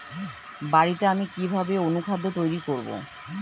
বাড়িতে আমি কিভাবে অনুখাদ্য তৈরি করব?